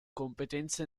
competenze